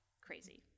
crazy